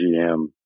GM